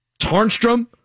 tarnstrom